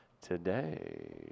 today